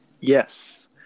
Yes